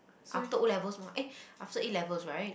after O-levels mah eh after A-levels right